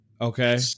Okay